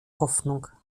hoffnung